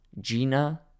Gina